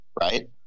right